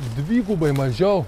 dvigubai mažiau